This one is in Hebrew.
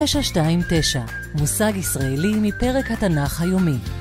929, מושג ישראלי מפרק התנ״ך היומי.